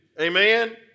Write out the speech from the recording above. amen